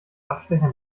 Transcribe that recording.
abstecher